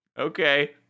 Okay